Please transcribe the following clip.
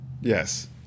yes